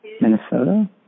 Minnesota